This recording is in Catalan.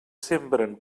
sembren